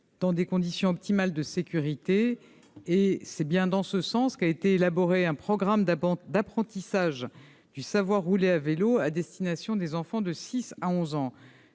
dans des conditions optimales de sécurité. C'est bien dans ce sens qu'a été élaboré un programme d'apprentissage du « savoir rouler à vélo » à destination des enfants de six à onze ans.